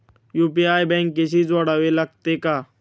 UPI बँकेशी जोडावे लागते का?